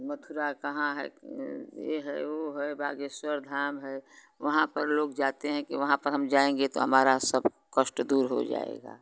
मथुरा कहाँ है ये है वो है बागेश्वर धाम है वहाँ पर लोग जाते हैं कि वहाँ पर हम जाएँगे तो हमारा सब कष्ट दूर हो जाएगा